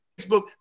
Facebook